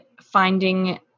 finding